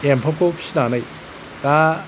एम्फौखौ फिसिनानै दा